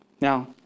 Now